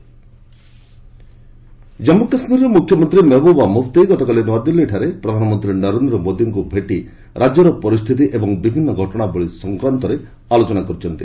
PM JK CM Jammu କାଶ୍ମୀରର ମୁଖ୍ୟମନ୍ତ୍ରୀ ମେହେବୁବା ମୁଫତି ଗତକାଲି ନୂଆଦିଲ୍ଲୀଠାରେ ପ୍ରଧାନମନ୍ତ୍ରୀ ନରେନ୍ଦ୍ର ମୋଦୀଙ୍କୁ ଭେଟି ରାଜ୍ୟର ପରିସ୍ଥିତି ଏବଂ ବିଭିନ୍ନ ଘଟଣାବଳୀ ସମ୍ପର୍କରେ ଆଲୋଚନା କରିଛନ୍ତି